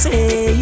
Say